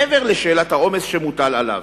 מעבר לשאלת העומס שמוטל עליו,